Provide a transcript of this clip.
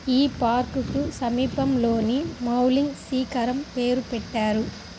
ఈ పార్కుకు సమీపంలోని మౌలింగ్ శిఖరం పేరు పెట్టారు